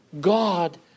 God